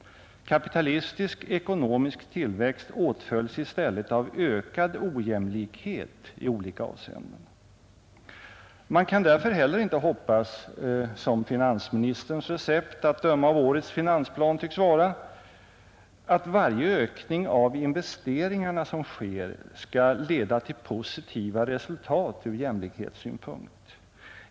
Kapitalistisk ekonomisk tillväxt åtföljs i stället av ökad ojämlikhet i olika avseenden. Man kan därför heller inte hoppas, som finansministerns recept att döma av årets finansplan tycks vara, att varje ökning av investeringarna skall leda till positiva resultat ur jämlikhetssynpunkt.